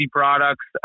products